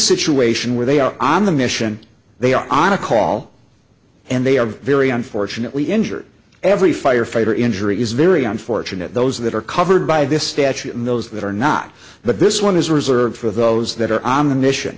situation where they are on the mission they are on a call and they are very unfortunately injured every firefighter injury is very unfortunate those that are covered by this statue and those that are not but this one is reserved for those that are on the mission